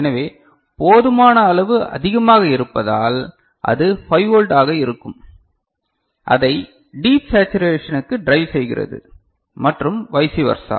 எனவே போதுமான அளவு அதிகமாக இருப்பதால் அது 5 வோல்ட் ஆக இருக்கும் அதை டீப் சேச்சுரேஷனுக்கு ட்ரைவ் செய்கிறது மற்றும் வைசி வெர்சா